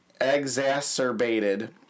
exacerbated